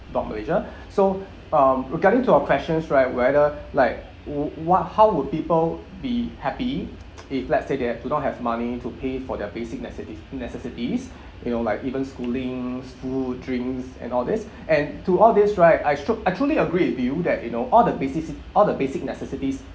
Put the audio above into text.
dot malaysia so um regarding to our questions right whether like w~ what how would people be happy if let's say they have do not have money to pay for their basic necess~ties necessities you know like even schoolings food drinks and all these and to all these right I stroke I truly actually agree with you that you know all the basici~ all the basic necessities